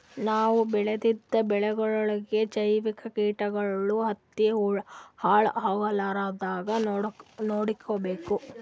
ನಾವ್ ಬೆಳೆದಿದ್ದ ಬೆಳಿಗೊಳಿಗಿ ಜೈವಿಕ್ ಕೀಟಗಳು ಹತ್ತಿ ಹಾಳ್ ಆಗಲಾರದಂಗ್ ನೊಡ್ಕೊಬೇಕ್